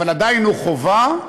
אבל עדיין הוא חובה,